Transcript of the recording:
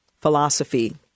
philosophy